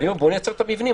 נייצר את המבנים.